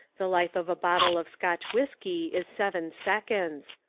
the life of a bottle of scotch whiskey is seven seconds.